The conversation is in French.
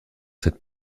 cette